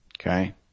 Okay